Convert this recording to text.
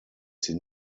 sie